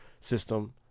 system